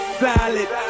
solid